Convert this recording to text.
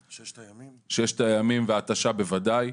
ממלחמת ששת הימים ומלחמת ההתשה בוודאי,